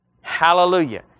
Hallelujah